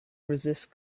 resist